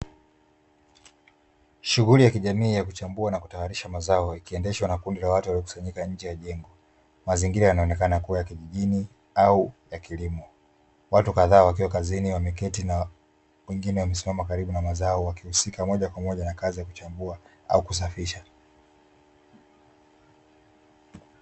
Shughuli ya kijamii ya kuchambua na kutayarisha mazao ikiendeshwa na kundi la watu walikusanyika nje ya jengo. Mazingira yanaonekana kuwa ya kijijini au ya kilimo. Watu kadhaa wakiwa kazini wameketi na wengine wamesimama karibu na mazao, wakihusika moja kwa moja na kazi ya kuchambua au kusafisha.